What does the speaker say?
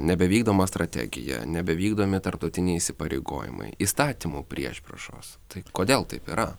nebevykdoma strategija nebevykdomi tarptautiniai įsipareigojimai įstatymų priešpriešos tai kodėl taip yra